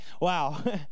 wow